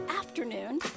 Afternoon